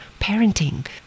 parenting